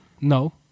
No